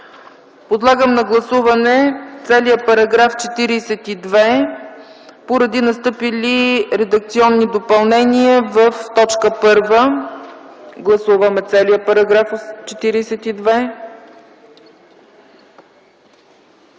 Подлагам на гласуване целия § 42, поради настъпили редакционни допълнения в т. 1. Гласуваме целия § 42.